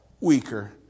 weaker